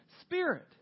spirit